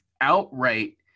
outright